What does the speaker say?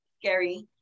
scary